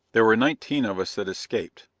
there were nineteen of us that escaped.